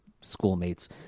schoolmates